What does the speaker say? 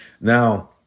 Now